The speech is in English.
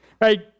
right